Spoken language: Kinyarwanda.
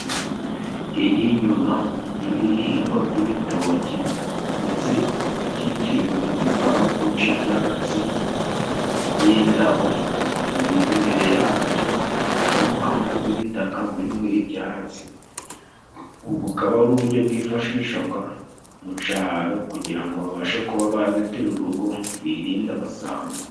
Inzu iri inyuma y'ibihingwa by'ibitoki ndetse ikikijwe n'igipangu cy'ibyatsi by'indabo, imbere yabyo hari umuhanda w'ibitaka urimo ibyatsi ubu bukaba ari uburyo bwifashishwa mu cyaro, kugira ngo babashe kuba bazitira urugo birinde abasambo.